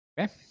okay